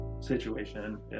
Situation